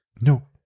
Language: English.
No